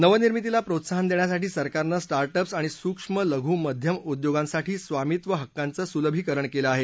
नवनिर्मितीला प्रोत्साहन देण्यासाठी सरकारनं स्टाटअप्स आणि सूक्ष्म लघु मध्यम उद्योगासाठी स्वामित्तव हक्कांचं सुलभीकरण केलं आहे